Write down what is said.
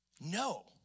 No